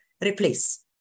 replace